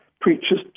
preachers